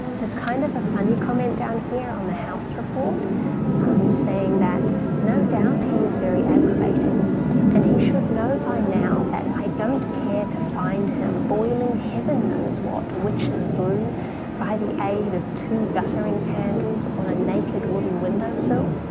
there's kind of a funny comment down here on the house report saying that no doubt he is very aggravating and he should know by now that i don't care to find him boiling heaven knows what witches brew by the aid of two guttering candles on a naked wooden window so